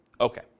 Okay